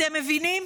אתם מבינים?